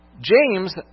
James